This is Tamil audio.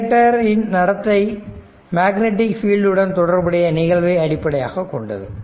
இண்டக்டர் இன் நடத்தை மேக்னெட்டிக் பீல்ட் உடன் தொடர்புடைய நிகழ்வை அடிப்படையாகக் கொண்டது